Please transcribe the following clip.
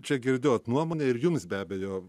čia girdėjot nuomonę ir jums be abejo